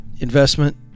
investment